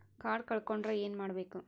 Card ಕಳ್ಕೊಂಡ್ರ ಏನ್ ಮಾಡಬೇಕು?